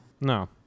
No